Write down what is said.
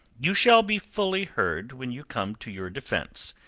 you shall be fully heard when you come to your defence.